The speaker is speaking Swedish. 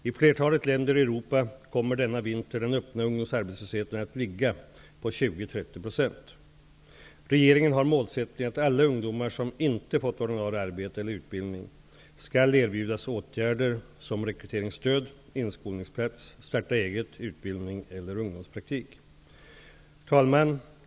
I flertalet länder i Europa kommer den öppna ungdomsarbetslösheten denna vinter att ligga på Regeringen har målsättningen att alla ungdomar som inte fått ordinarie arbete eller utbildning skall erbjudas åtgärder som rekryteringsstöd, inskolningsplats, starta eget, utbildning eller ungdomspraktik. Fru talman!